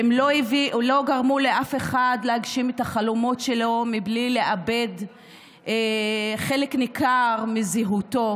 לא גרמו לאף אחד להגשים את החלומות שלו בלי לאבד חלק ניכר מזהותו,